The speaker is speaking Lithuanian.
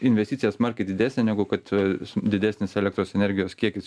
investicija smarkiai didesnė negu kad didesnis elektros energijos kiekis